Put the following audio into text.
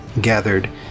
gathered